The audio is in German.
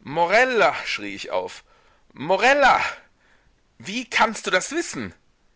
morella schrie ich auf morella wie kannst du das wissen